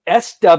SW